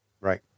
right